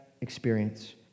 experience